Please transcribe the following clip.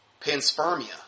Panspermia